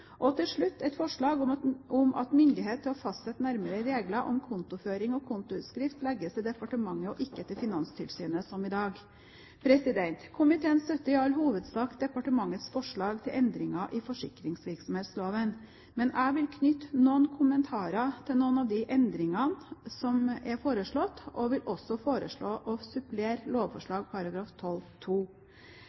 og til slutt et forslag om at myndighet til å fastsette nærmere regler om kontoføring og kontoutskrift legges til departementet og ikke til Finanstilsynet som i dag. Komiteen støtter i all hovedsak departementets forslag til endringer i forsikringsvirksomhetsloven. Men jeg vil knytte noen kommentarer til noen av de endringene som er foreslått, og vil også foreslå å supplere